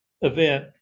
event